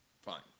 fine